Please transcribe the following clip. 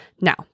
Now